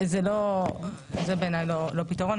זה בעיניי לא פתרון.